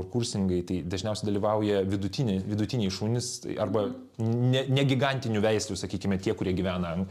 kursingai tai dažniausiai dalyvauja vidutiniai vidutiniai šunys arba ne ne gigantinių veislių sakykime tie kurie gyvena